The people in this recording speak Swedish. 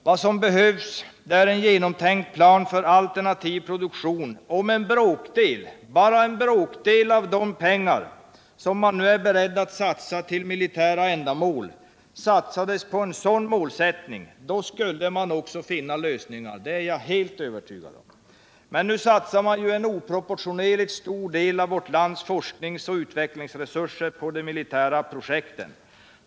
Vad som behövs är en genomtänkt plan för alternativ produktion och om en bråkdel, bara en bråkdel, av de pengar, som man nu är beredd att satsa till militära ändamål, satsades på en sådan målsättning, då skulle man också finna lösningar. Det är jag helt övertygad om. Men nu satsar man en oproportionerligt stor del av vårt lands forsknings och utvecklingsresurser på de militära projekten.